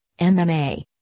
MMA